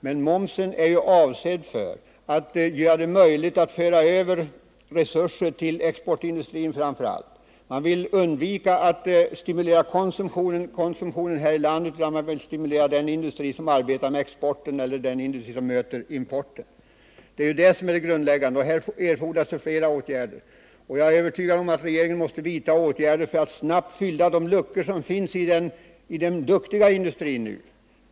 Höjningen av momsen avser att göra det möjligt att föra över resurser till framför allt exportindustrin. Man vill undvika att stimulera konsumtionen här i landet, och man vill i stället stimulera de industrier som arbetar med export och de industrier som möter importen. Det är det grundläggande. Här erfordras flera åtgärder. Jag är övertygad om att regeringen måste vidta sådana t.ex. för att snabbt fylla de luckor som nu finns hos den ”duktiga” industrin.